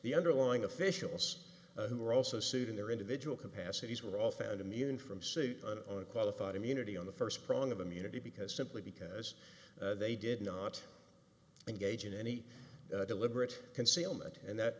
the underlying officials who were also sued in their individual capacities were all found immune from suit on qualified immunity on the first prong of immunity because simply because they did not engage in any deliberate concealment and that